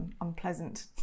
unpleasant